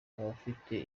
abafite